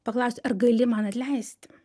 paklausti ar gali man atleisti